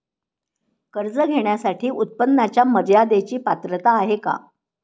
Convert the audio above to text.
कर्ज घेण्यासाठी उत्पन्नाच्या मर्यदेची पात्रता आहे का?